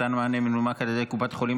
מתן מענה מנומק על ידי קופת החולים),